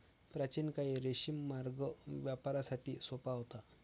प्राचीन काळी रेशीम मार्ग व्यापारासाठी सोपा होता